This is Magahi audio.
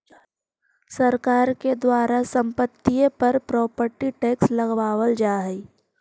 सरकार के द्वारा संपत्तिय पर प्रॉपर्टी टैक्स लगावल जा हई